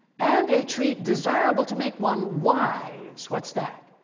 and a tree desirable to make one wise. what's that?